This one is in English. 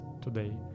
today